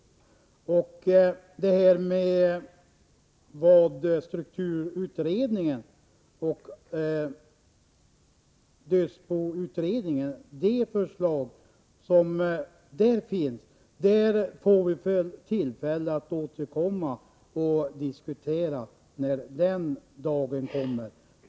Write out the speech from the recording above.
Strukturutredningens och dödsboutredningens förslag får vi tillfälle att återkomma till och diskutera när den dagen kommer.